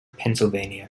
pennsylvania